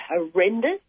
horrendous